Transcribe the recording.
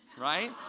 right